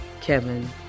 Kevin